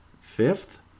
Fifth